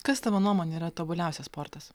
kas tavo nuomone yra tobuliausias sportas